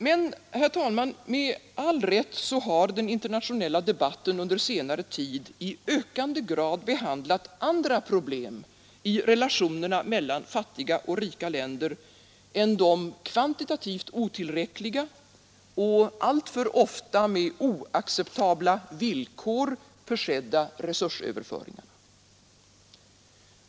Men, herr talman, med all rätt har den internationella debatten under senare tid i ökande grad behandlat andra problem i relationerna mellan fattiga och rika länder än de kvantitativt otillräckliga och alltför ofta med oacceptabla villkor försedda resursöverföringarna.